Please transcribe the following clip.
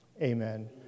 amen